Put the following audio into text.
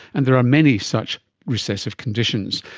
and there are many such recessive conditions.